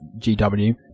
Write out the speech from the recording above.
GW